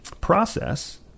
process